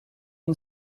une